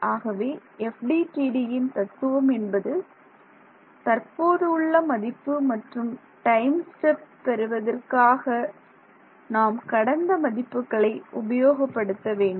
ஆகவே FDTDயின் தத்துவம் என்பது தற்போதுள்ள மதிப்பு மற்றும் டைம் ஸ்டெப் பெறுவதற்காக நாம் கடந்த மதிப்புகளை உபயோகப்படுத்த வேண்டும்